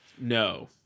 No